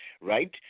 right